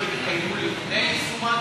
שיתקיימו לפני יישומה,